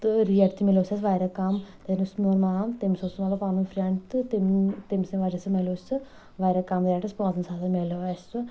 تہٕ ریٹ تہِ ملیو اَسہِ تَتھ واریاہ کَم تَتہِ اوس میون مام تٔمِس اوس سُہ مطلب پَنُن فریٚنٛڈ تہٕ تمۍ تمۍ سٕنٛدۍ وجہہ سۭتۍ ملیو اَسہِ سُہ واریاہ کَم ریٹس پانٛژن ساسَن مِلیوو اَسہِ سُہ